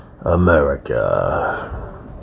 America